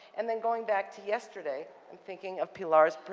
and then going back to yesterday and thinking of pilar's